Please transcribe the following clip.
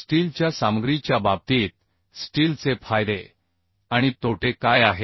स्टीलच्या सामग्रीच्या बाबतीत स्टीलचे फायदे आणि तोटे काय आहेत